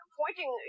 pointing